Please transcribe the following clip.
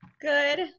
Good